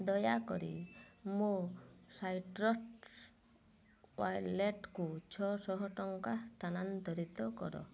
ଦୟାକରି ମୋ ସାଇଟ୍ରସ୍ ୱାଲେଟକୁ ଛଅଶହ ଟଙ୍କା ସ୍ଥାନାନ୍ତରିତ କର